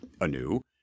anew